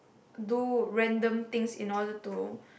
do random things in order to